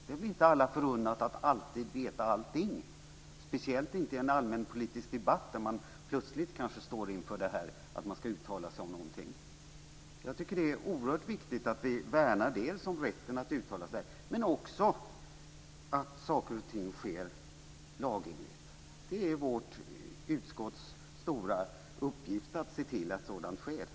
Det är väl inte alla förunnat att alltid veta allting, speciellt inte i en allmänpolitisk debatt där man plötsligt kanske står inför att man ska uttala sig om någonting. Jag tycker att det är oerhört viktigt att vi värnar om rätten att uttala sig men också att saker och ting sker lagenligt. Det är vårt utskotts stora uppgift att se till att det sker lagenligt.